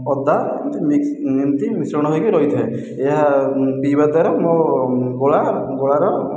ଅଦା ଏମିତି ମିକ୍ସ ଏମିତି ମିଶ୍ରଣ ହୋଇକି ରହିଥାଏ ଏହା ପିଇବା ଦ୍ଵାରା ମୋ ଗଳା ଗଳାର